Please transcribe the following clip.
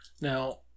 Now